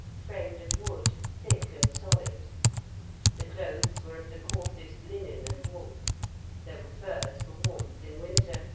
framed of wood, thick and solid the clothes were of the coarsest linen and wool there were furs for warmth in winter,